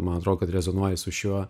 man atrodo kad rezonuoja su šiuo